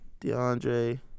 DeAndre